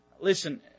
Listen